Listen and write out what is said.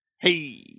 hey